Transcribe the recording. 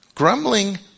Grumbling